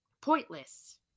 Pointless